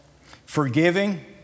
Forgiving